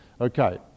Okay